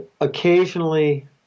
occasionally